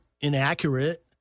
inaccurate